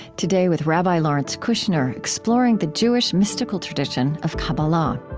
today, with rabbi lawrence kushner, exploring the jewish mystical tradition of kabbalah